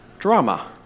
Drama